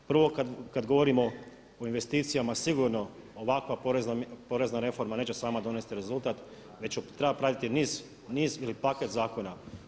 Prvo, kada govorimo o investicijama, sigurno ovakva porezna reforma neće sama donijeti rezultat već treba pratiti niz ili paket zakona.